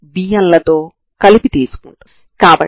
J1 c 1 c 2c అవుతుంది కాబట్టి మీరు c c 2c ని పొందుతారు